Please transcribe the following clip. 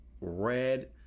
red